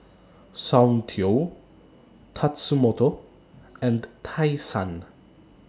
Soundteoh Tatsumoto and Tai Sun